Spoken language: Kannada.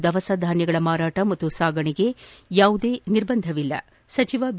ದವಸಧಾನ್ಯಗಳ ಮಾರಾಟ ಮತ್ತು ಸಾಗಣೆಗೆ ಯಾವುದೇ ನಿರ್ಬಂಧವಿಲ್ಲ ಸಚಿವ ಬಿ